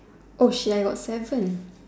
Oh shit I got seven